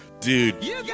Dude